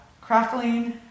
crackling